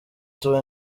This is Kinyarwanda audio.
tuba